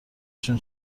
شون